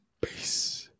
Peace